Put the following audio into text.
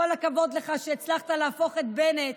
כל הכבוד לך שהצלחת להפוך את בנט,